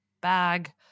bag